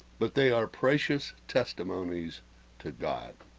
but they are precious testimonies to god